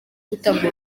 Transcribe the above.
gutanga